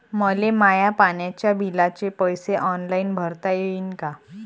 मले माया पाण्याच्या बिलाचे पैसे ऑनलाईन भरता येईन का?